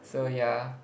so ya